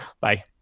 Bye